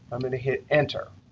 i'm going to hit enter.